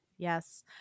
Yes